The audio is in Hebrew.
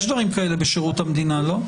יש דברים כאלה בשירות המדינה, לא?